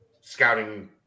scouting